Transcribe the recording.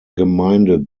gemeinde